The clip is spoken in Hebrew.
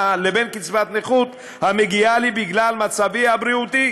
לבין קצבת נכות המגיעה לי בגלל מצבי הבריאותי?